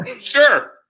sure